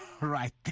right